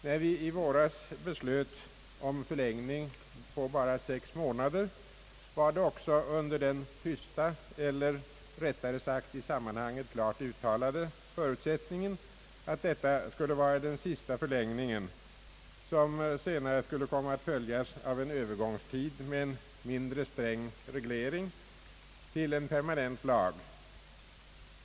När vi i våras beslöt om förlängning på bara sex månader var det också under den tysta eller rättare sagt i sammanhanget klart uttalade förutsättningen, att detta skulle vara den sista förlängningen, som senare skulle komma att följas av en övergångstid med en mindre sträng reglering till en permanent lag.